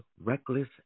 reckless